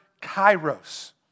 kairos